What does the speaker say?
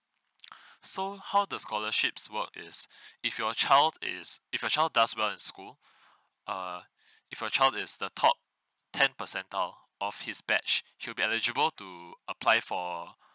so how the scholarships work is if your child is if your child does well in school err if your child is the top ten percentile of his batch he'll be eligible to apply for